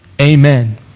Amen